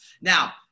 Now